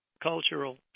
cultural